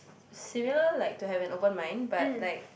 similar like to have an open mind but like